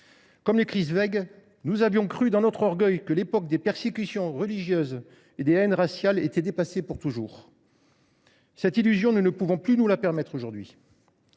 ajoute :« Nous avions cru, dans notre orgueil, que l’époque des persécutions religieuses et des haines raciales était dépassée pour toujours. » Cette illusion, nous ne pouvons plus nous la permettre aujourd’hui.